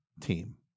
team